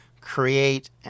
create